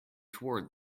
toward